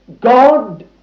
God